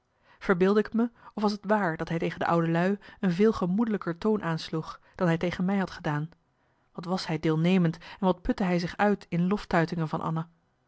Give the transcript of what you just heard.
verbeeldde ik t me of was t waar dat hij tegen de oude lui een veel gemoedelijkere toon aansloeg dan hij tegen mij had gedaan wat was hij deelnemend en wat putte hij zich uit in loftuitingen van anna